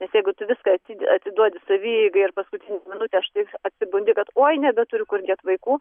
nes jeigu tu viską atid atiduodi savieigai ir paskutinę minutę štai atsibundi kad oi nebeturiu kur dėt vaikų